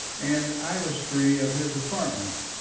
and i was free of his apartment.